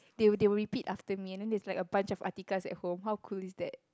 they will they will repeat after me and then there's a bunch of Atiqahs at home how cool is that